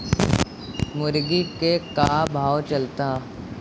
मुर्गा के का भाव चलता?